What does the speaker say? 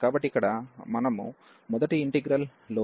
కాబట్టి ఇక్కడ మొదటి ఇంటిగ్రల్ లోని f అనేది 1xx 1